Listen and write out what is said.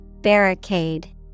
Barricade